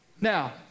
Now